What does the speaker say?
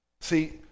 See